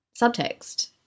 subtext